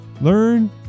learn